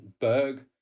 Berg